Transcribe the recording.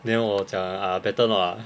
then 我讲 ah better not lah